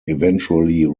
eventually